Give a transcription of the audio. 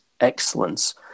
excellence